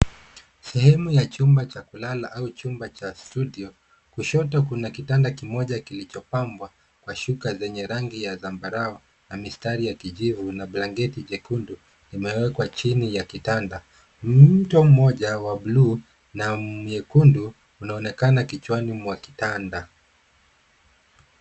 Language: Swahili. Sehemu ya chumba cha kulala au chumba cha studio . Kushoto kuna kitanda kimoja kilichopambwa kwa shuka zenye rangi ya zambarau na mistari ya kijivu na blanket jekundu imewekwa chini ya kitanda. Mto mmoja wa bluu na nyekundu unaonekana kichwani mwa kitanda.